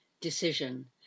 decision